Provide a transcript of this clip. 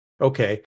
okay